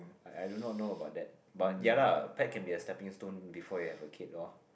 I I do not know about that but ya lah pet can be a stepping stone before you have a kid lor